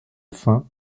faim